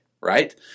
right